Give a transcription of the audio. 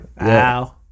Wow